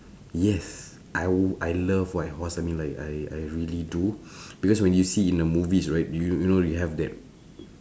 yes I would I love white horse I mean like I I really do because when you see in the movies right you you know you have that